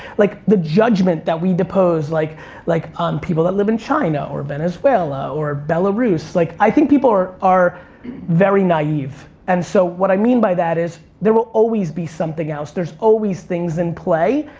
like the judgment that we depose, like like um people that live in china or venezuela or belarus, like i think people are very naive. and so, what i mean by that is, there will always be something else. there's always things in play.